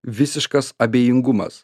visiškas abejingumas